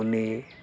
ᱩᱱᱤ